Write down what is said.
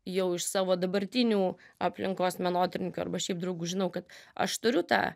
jau iš savo dabartinių aplinkos menotyrininkių arba šiaip draugų žinau kad aš turiu tą